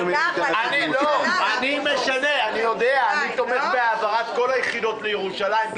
אני תומך בהעברת כל היחידות לירושלים.